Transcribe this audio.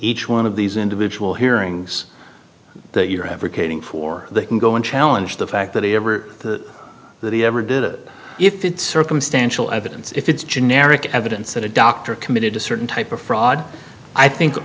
each one of these individual hearings that you're ever caving for they can go and challenge the fact that he ever that he ever did that if it's circumstantial evidence if it's generic evidence that a doctor committed a certain type of fraud i think